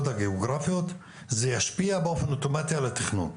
הגיאוגרפיות זה ישפיע באופן אוטומטי על התכנון.